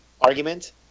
argument